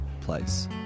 place